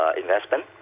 investment